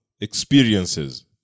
experiences